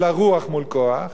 אלא רוח מול כוח.